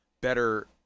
better